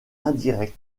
indirect